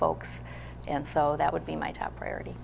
folks and so that would be my top priority